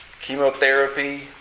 chemotherapy